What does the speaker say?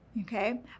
okay